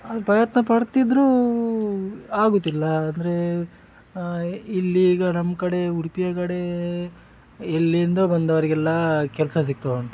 ಅದ್ರ ಪ್ರಯತ್ನ ಪಡ್ತಿದ್ದರೂ ಆಗುತ್ತಿಲ್ಲ ಅಂದರೆ ಇಲ್ಲಿ ಈಗ ನಮ್ಮ ಕಡೆ ಉಡುಪಿಯ ಕಡೆ ಎಲ್ಲಿಂದೋ ಬಂದವ್ರಿಗೆಲ್ಲ ಕೆಲಸ ಸಿಗ್ತಾ ಉಂಟು